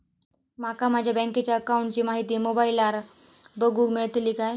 माका माझ्या बँकेच्या अकाऊंटची माहिती मोबाईलार बगुक मेळतली काय?